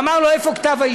אמר לו: איפה כתב-האישום?